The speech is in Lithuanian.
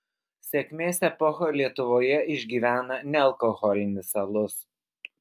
sėkmės epochą lietuvoje išgyvena nealkoholinis alus